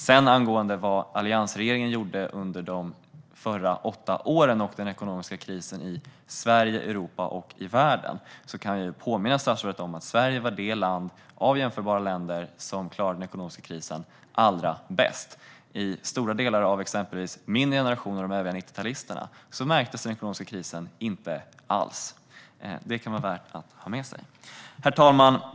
Det andra gäller vad alliansregeringen gjorde under de åtta åren och den ekonomiska kris som då var i Sverige, Europa och världen. Jag kan påminna statsrådet om att Sverige var det land av jämförbara länder som klarade den ekonomiska krisen allra bäst. Bland stora delar av exempelvis min generation och övriga 90-talister märktes den ekonomiska krisen inte alls. Det kan vara värt att ha med sig. Herr talman!